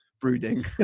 brooding